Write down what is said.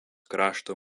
krašto